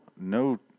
no